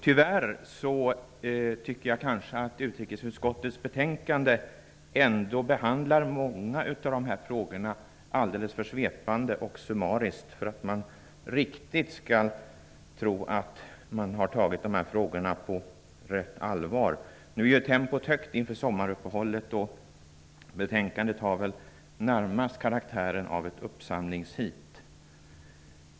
Tyvärr tycker jag att utrikesutskottets betänkande ändå behandlar många av dessa frågor alldeles för svepande och summariskt för att jag riktigt skall tro att man har tagit dessa frågor på allvar. Nu är tempot högt inför sommaruppehållet, och betänkandet har väl närmast karaktären av ett uppsamlingsheat.